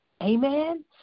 amen